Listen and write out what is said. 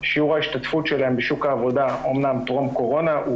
שיעור ההשתתפות שלהן בשוק העבודה אמנם טרום קורונה,